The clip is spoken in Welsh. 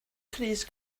crys